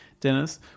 Dennis